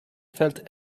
felt